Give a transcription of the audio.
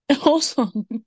Awesome